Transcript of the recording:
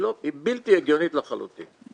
היא בלתי הגיונית לחלוטין.